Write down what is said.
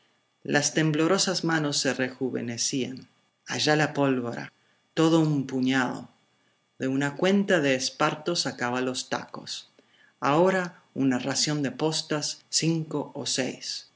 las temblorosas manos se rejuvenecían allá va pólvora todo un puñado de una cuerda de esparto sacaba los tacos ahora una ración de postas cinco o seis